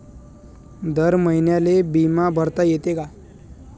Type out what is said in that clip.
दर महिन्याले बिमा भरता येते का?